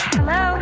Hello